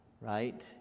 right